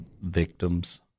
victims